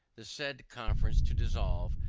the said conference to dissolve,